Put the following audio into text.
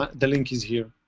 the link is here.